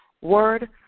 Word